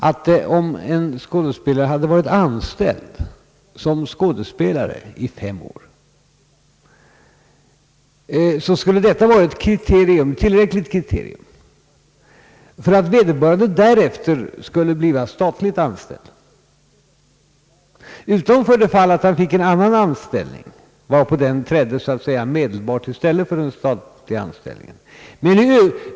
Om en skådespelare har varit anställd som skådespelare i fem år, så skulle detta vara ett tillräckligt kriterium för att vederbörande därefter skulle vara statligt anställd, utom för det fall att han fick en annan anställning, vilken så att säga trädde medelbart i stället för den statliga anställningen.